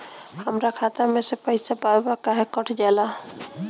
हमरा खाता में से पइसा बार बार काहे कट जाला?